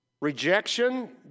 rejection